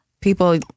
People